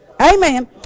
Amen